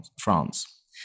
France